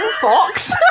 fox